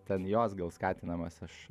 ten jos gal skatinamas aš